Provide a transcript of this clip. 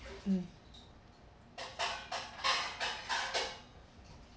mm